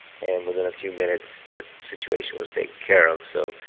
and within a few minutes that situation was taken care of, so